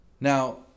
Now